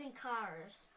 cars